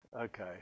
Okay